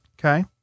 Okay